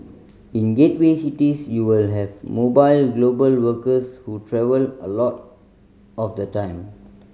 in gateway cities you will have mobile global workers who travel a lot of the time